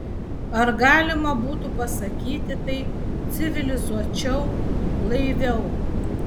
ar galima būtų pasakyti tai civilizuočiau blaiviau